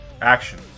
action